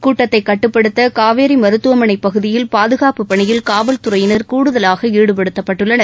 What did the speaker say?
கூட்டத்தை கட்டுப்படுத்த காவேரி மருத்துவமனை பகுதியில் பாதுகாப்புப் பணியில் காவல்துறையினா கூடுதலாக ஈடுபடுத்தப்பட்டுள்ளனர்